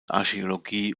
archäologie